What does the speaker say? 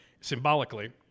symbolically